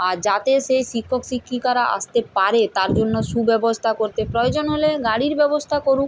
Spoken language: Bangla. আর যাতে সেই শিক্ষক শিক্ষিকারা আসতে পারে তার জন্য সুব্যবস্থা করতে প্রয়োজন হলে গাড়ির ব্যবস্থা করুক